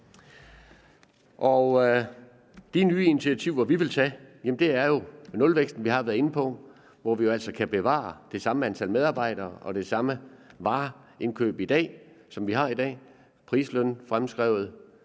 De nye initiativer, vi vil tage, er nulvæksten, som vi har været inde på, hvor vi jo altså kan bevare det samme antal medarbejdere og det samme vareindkøb, som vi har i dag – pris-